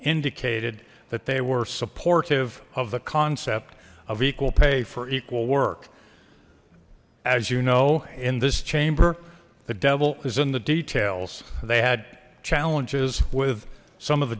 indicated that they were supportive of the concept of equal pay for equal work as you know in this chamber the devil is in the details they had challenges with some of the